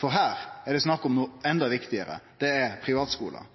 for her er det snakk om noko